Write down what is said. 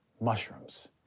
mushrooms